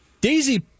Daisy